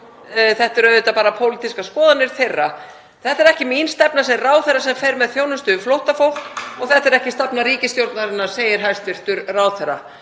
endurspegli bara pólitískar skoðanir þeirra. Þetta er ekki mín stefna sem ráðherra sem fer með þjónustu við flóttafólk og þetta er ekki stefna ríkisstjórnarinnar, segir hæstv. ráðherra.